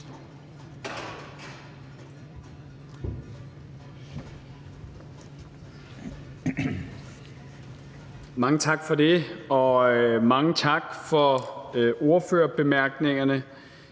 Mange tak for det. Og mange tak for ordførertalerne.